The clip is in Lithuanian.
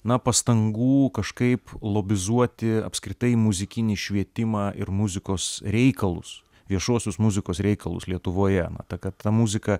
na pastangų kažkaip lobizuoti apskritai muzikinį švietimą ir muzikos reikalus viešuosius muzikos reikalus lietuvoje na ta kad ta muzika